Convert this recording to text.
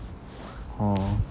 orh